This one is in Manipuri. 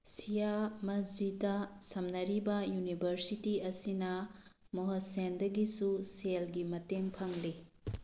ꯁꯤꯌꯥ ꯃꯁꯖꯤꯗꯇ ꯁꯝꯅꯔꯤꯕ ꯌꯨꯅꯤꯕꯔꯁꯤꯇꯤ ꯑꯁꯤꯅ ꯃꯣꯍꯁꯦꯟꯗꯒꯤꯁꯨ ꯁꯦꯜꯒꯤ ꯃꯇꯦꯡ ꯐꯪꯂꯤ